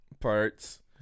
parts